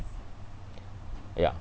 ya